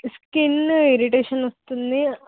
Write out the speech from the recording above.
skin irritation వస్తుంది